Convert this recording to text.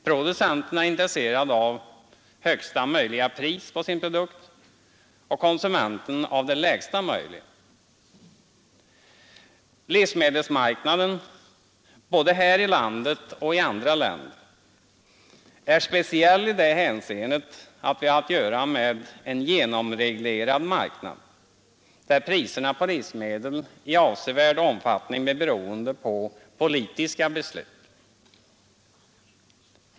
Producenten av en vara är intresserad av högsta möjliga pris och konsumenten av lägsta möjliga. Livsmedelsmarknaden, både här i landet och i andra länder, är speciell i det hänseendet att vi har att göra med en genomreglerad marknad där priserna i avsevärd omfattning blir beroende av politiska beslut.